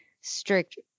strict